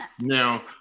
now